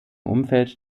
umfeld